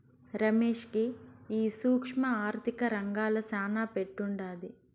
రమేష్ కి ఈ సూక్ష్మ ఆర్థిక రంగంల శానా పట్టుండాది